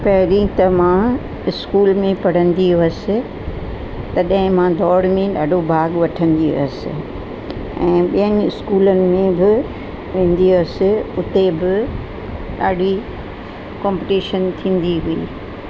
पहिरीं त मां इस्कूल में पढ़ंदी हुअसि तॾहिं मां डोड़ में ॾाढो भाॻु वठंदी हुअसि ऐं ॿियनि इस्कूलनि में बि पंहिंजी अर्स हुते बि ॾाढी कॉम्पीटिशन थींदी हुई